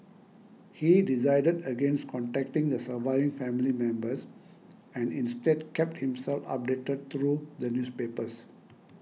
he decided against contacting the surviving family members and instead kept himself updated through the newspapers